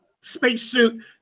spacesuit